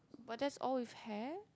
what just all we've had